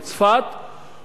הוצתו